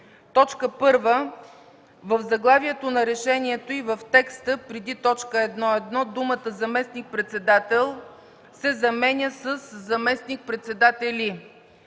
1. В заглавието на Решението и в текста преди т. 1.1 думата „заместник-председател” се заменя „заместник-председатели”.